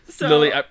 Lily